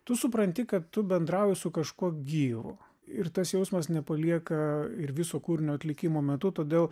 tu supranti kad tu bendrauji su kažkuo gyvu ir tas jausmas nepalieka ir viso kūrinio atlikimo metu todėl